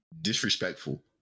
disrespectful